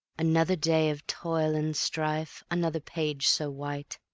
another day of toil and strife, another page so white,